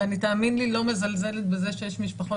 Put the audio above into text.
ותאמין לי שאני לא מזלזלת בזה שיש משפחות